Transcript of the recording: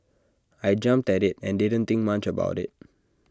I jumped at IT and didn't think much about IT